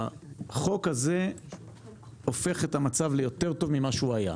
החוק הזה הופך את המצב ליותר טוב ממה שהוא היה.